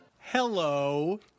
Hello